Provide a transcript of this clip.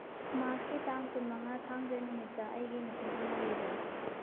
ꯃꯥꯔꯁꯀꯤ ꯇꯥꯡ ꯀꯨꯟꯃꯉꯥ ꯊꯥꯡꯖ ꯅꯨꯃꯤꯠꯇ ꯑꯩꯒꯤ ꯃꯤꯇꯤꯡ ꯑꯃ ꯂꯩꯕ꯭ꯔ